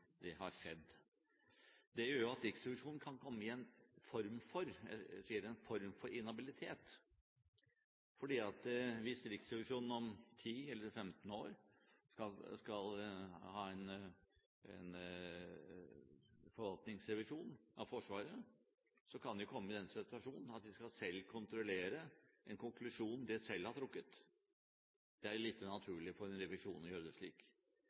det har skjedd. Det gjør jo at Riksrevisjonen kan komme i en form for – jeg sier en form for – inhabilitet, for hvis Riksrevisjonen om 10 eller 15 år skal ha en forvaltningsrevisjon av Forsvaret, kan de komme i den situasjonen at de skal kontrollere en konklusjon de selv har trukket. Det er lite naturlig for en revisjon å gjøre det slik,